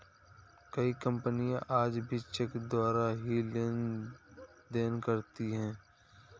कई कपनियाँ आज भी चेक द्वारा ही लेन देन करती हैं